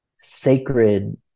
sacred